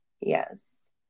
yes